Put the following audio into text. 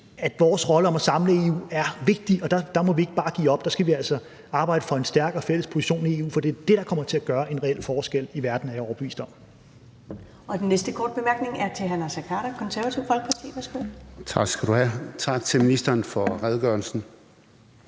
Vores rolle med at samle EU er vigtig, og der må vi ikke bare give op. Der skal vi altså arbejde for en stærkere fælles position i EU, for det er det, der kommer til at gøre en reel forskel i verden, er jeg overbevist om.